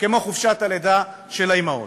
כמו חופשת הלידה של האימהות.